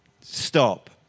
Stop